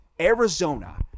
Arizona